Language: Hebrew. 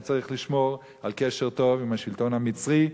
צריך לשמור על קשר טוב עם השלטון המצרי,